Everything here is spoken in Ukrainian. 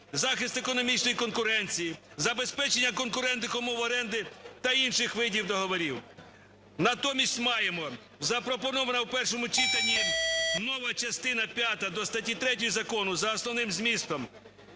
захист економічної конкуренції, забезпечення конкурентних умов оренди та інших видів договорів. Натомість маємо, запропонована в першому читанні нова частина п'ята до статті 3 закону за основним змістом,